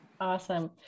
Awesome